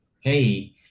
Hey